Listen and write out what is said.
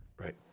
Right